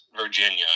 Virginia